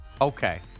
Okay